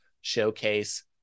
showcase